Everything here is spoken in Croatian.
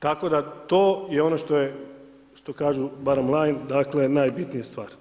Tako da to je ono što kažu bottom line, dakle najbitnija stvar.